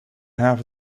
have